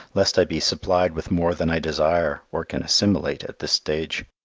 lest i be supplied with more than i desire or can assimilate at this stage.